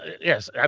yes